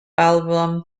album